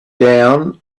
down